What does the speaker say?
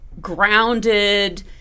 grounded